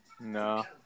No